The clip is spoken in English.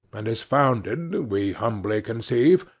and is founded, we humbly conceive,